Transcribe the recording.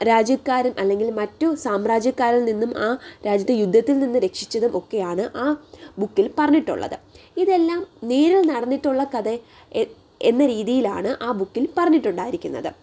രാജ്യക്കാരും അല്ലെങ്കിൽ മറ്റ് സാമ്രാജ്യക്കാരിൽ നിന്നും ആ രാജ്യത്തെ യുദ്ധത്തിൽ നിന്നും രക്ഷിച്ചതും ഒക്കെയാണ് ആ ബുക്കിൽ പറഞ്ഞിട്ടുള്ളത് ഇതെല്ലാം നേരിൽ നടന്നിട്ടുള്ള കഥ എന്ന രീതിയിലാണ് ആ ബുക്കിൽ പറഞ്ഞിട്ടുണ്ടായിരിക്കുന്നത്